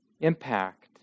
impact